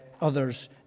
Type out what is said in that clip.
others